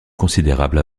considérable